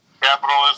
Capitalism